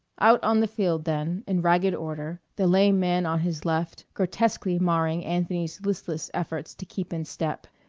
out on the field, then, in ragged order the lame man on his left grotesquely marring anthony's listless efforts to keep in step,